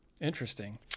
Interesting